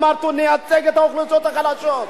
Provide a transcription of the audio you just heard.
אמרתם: נייצג את האוכלוסיות החלשות.